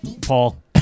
Paul